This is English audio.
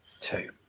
two